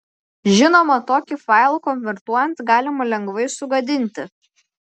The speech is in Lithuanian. žinoma tokį failą konvertuojant galima lengvai sugadinti